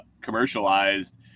commercialized